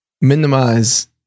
minimize